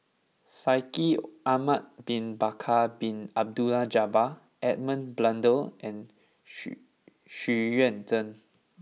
Shaikh Ahmad bin Bakar Bin Abdullah Jabbar Edmund Blundell and Xu Xu Yuan Zhen